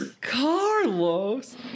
Carlos